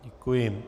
Děkuji.